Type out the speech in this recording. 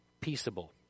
Peaceable